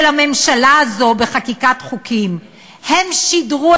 כי רציתי לפנות אליו,